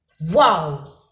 Wow